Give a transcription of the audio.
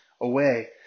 away